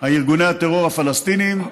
ארגוני הטרור הפלסטיניים,